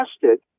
tested